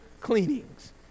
cleanings